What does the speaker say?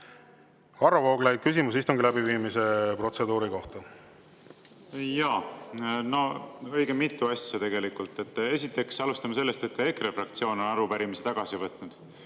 Vooglaid, küsimus istungi läbiviimise protseduuri kohta. Jaa! Õige mitu asja tegelikult. Esiteks, alustame sellest, et ka EKRE fraktsioon on arupärimisi tagasi võtnud.